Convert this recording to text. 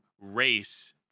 race